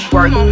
Work